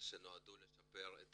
שנועדו לשפר את